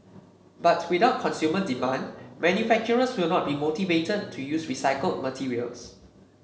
but without consumer demand manufacturers will not be motivated to use recycled materials